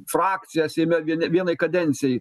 frakciją seime vieni vienai kadencijai